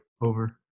Over